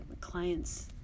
clients